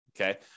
okay